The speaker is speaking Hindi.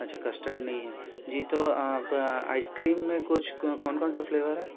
अच्छा कस्टर्ड नहीं है जी तो आप आइस क्रीम में कुछ कौन कौन सा फ्लेवर है